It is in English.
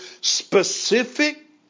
specific